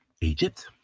Egypt